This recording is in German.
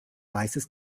weißes